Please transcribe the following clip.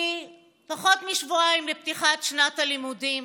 כי פחות משבועיים לפתיחת שנת הלימודים,